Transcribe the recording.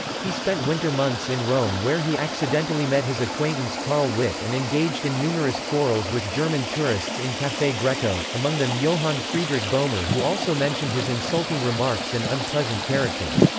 he spent winter months in rome where he accidentally met his acquaintance karl witte and engaged in numerous quarrels with german tourists in caffe ah greco, among them johann friedrich bohmer who also mentioned his insulting remarks and unpleasant character.